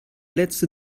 letzte